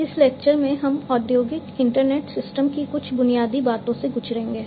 इस लेक्चर में हम औद्योगिक इंटरनेट सिस्टम की कुछ बुनियादी बातों से गुजरेंगे